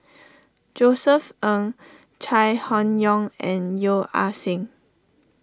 Josef Ng Chai Hon Yoong and Yeo Ah Seng